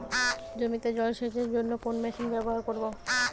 জমিতে জল সেচের জন্য কোন মেশিন ব্যবহার করব?